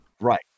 Right